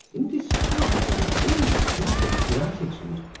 in discharge of a great debt of gratitude,